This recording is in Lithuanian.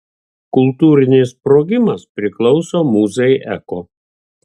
kultūrinis sprogimas priklauso mūzai eko